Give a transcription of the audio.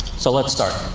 so let's start.